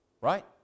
Right